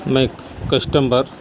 میں کسٹمبر